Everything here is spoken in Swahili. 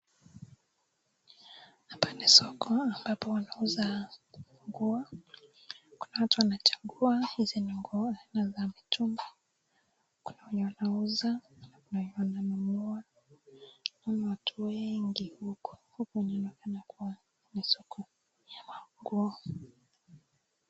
Hapa ni soko ambapo watu wanauza nguo kuna watu wanachagua hizi nguo ni za mitumba, wanauza na zinanunuliwa na watu wengi, hapa ni soko ya manguo.